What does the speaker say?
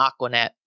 Aquanet